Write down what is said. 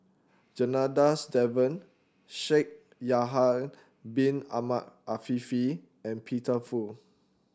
Janadas Devan Shaikh Yahya Bin Ahmed Afifi and Peter Fu